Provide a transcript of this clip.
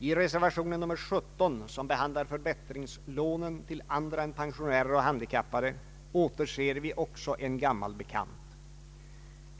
I reservation 17, som behandlar förbättringslån till andra än pensionärer och handikappade, återser vi också en gammal bekant.